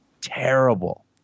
terrible